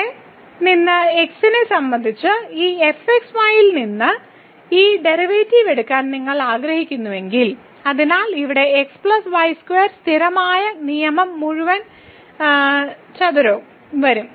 ഇവിടെ നിന്ന് x നെ സംബന്ധിച്ച് ഈ f xy ൽ നിന്ന് ഈ ഡെറിവേറ്റീവ് എടുക്കാൻ നിങ്ങൾ ആഗ്രഹിക്കുന്നുവെങ്കിൽ അതിനാൽ ഇവിടെ x y2 സ്ഥിരമായ നിയമം മുഴുവൻ ചതുരവും വരും